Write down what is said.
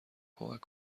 کمک